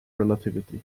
relativity